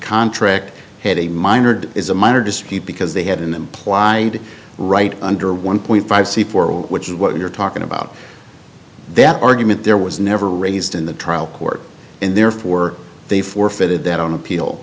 contract had a minor is a minor dispute because they had an implied right under one point five c four which is what you're talking about that argument there was never raised in the trial court and therefore they forfeited that on appeal